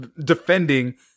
defending